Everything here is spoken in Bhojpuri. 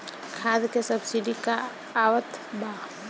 खाद के सबसिडी क हा आवत बा?